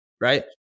right